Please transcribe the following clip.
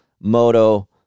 Moto